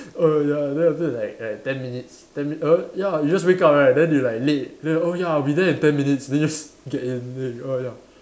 err ya then after that like like ten minutes ten err ya you just wake up right then they're like late they oh ya I'll be there in ten minutes minutes then you s~ get in it oh ya